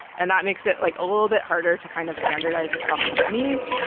and that makes it like a little bit harder to kind of standardize across companies.